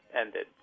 ended